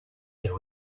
there